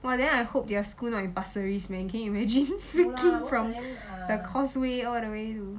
!wah! then I hope their school not in pasir ris man can you imagine freaking from the causeway all the way to